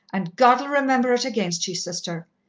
and god'll remember it against ye, sister.